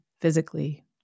physically